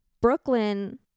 Brooklyn